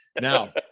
Now